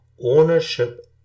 ownership